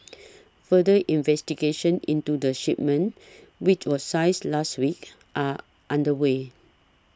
further investigations into the shipment which was seized last week are underway